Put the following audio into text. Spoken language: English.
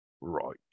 Right